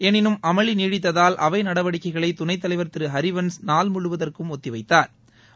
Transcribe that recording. எனினும் அமளி நீடித்ததால் அவை நடவடிக்கைகளை துணத்தலைவர் திரு ஹிவன்ஸ் நாள் முழுவதற்கும் ஒத்திவைத்தாா்